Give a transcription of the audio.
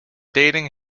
dating